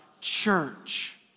church